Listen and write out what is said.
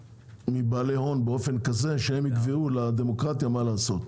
מבעלי הון באופן כזה שהם יקבעו לדמוקרטיה מה לעשות.